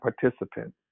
participant